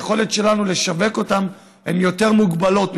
היכולת שלנו לשווק אותן היא יותר מוגבלת,